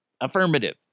Affirmative